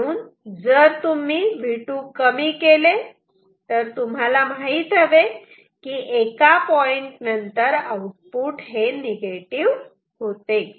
म्हणून जर तुम्ही V2 कमी केले तर तुम्हाला माहीत हवे एका पॉइंट नंतर आउटपुट निगेटिव्ह होते